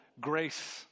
grace